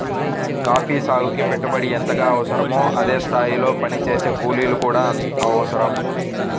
coffee సాగుకి పెట్టుబడి ఎంతగా అవసరమో అదే స్థాయిలో పనిచేసే కూలీలు కూడా అవసరం